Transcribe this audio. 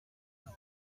ibyo